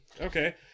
okay